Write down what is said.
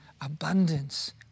abundance